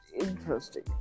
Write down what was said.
interesting